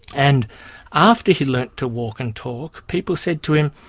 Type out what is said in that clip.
and after he learned to walk and talk, people said to him,